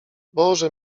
boże